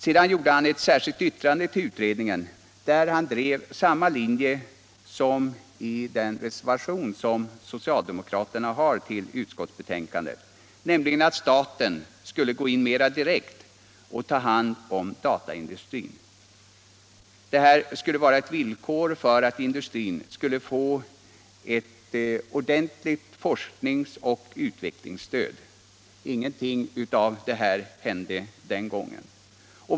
Sedan avgav herr Pettersson ett särskilt yttrande, där han drev samma linje som socialdemokraterna gör i reservationen 1 till näringsutskottets be tänkande, nämligen att staten bör gå in mera direkt och ta hand om dataindustrin. Detta skulle vara ett villkor för att industrin skulle få ett ordentligt forskningsoch utvecklingsstöd, men ingenting hände den gången.